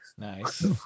Nice